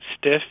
stiff